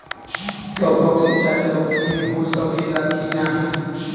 टपक सिंचाई लौकी में हो सकेला की नाही?